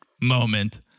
moment